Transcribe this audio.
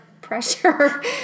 pressure